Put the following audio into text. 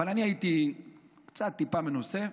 אבל אני הייתי קצת, טיפה, מנוסה,